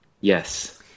Yes